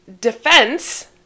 defense